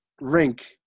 rink